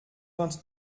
vingt